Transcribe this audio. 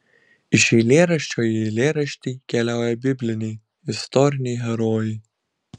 iš eilėraščio į eilėraštį keliauja bibliniai istoriniai herojai